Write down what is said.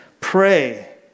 pray